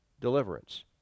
deliverance